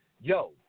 Yo